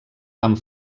tant